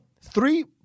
three